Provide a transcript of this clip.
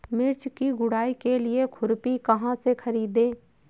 मिर्च की गुड़ाई के लिए खुरपी कहाँ से ख़रीदे?